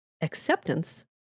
acceptance